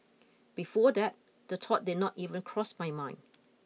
before that the thought did not even cross my mind